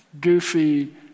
goofy